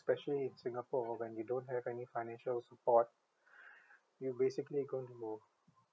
especially in singapore when you don't have any financial support you basically going to more